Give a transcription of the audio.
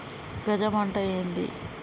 గజం అంటే ఏంది?